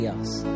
else